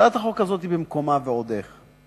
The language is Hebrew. הצעת החוק הזאת היא במקומה, ועוד איך.